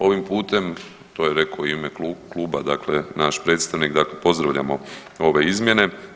Ovim putem to je rekao i u ime kluba dakle naš predstavnik, dakle pozdravljamo ove izmjene.